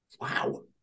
Wow